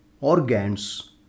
Organs